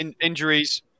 Injuries